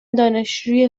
دانشجوی